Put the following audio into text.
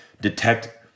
detect